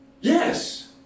Yes